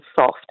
soft